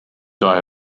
die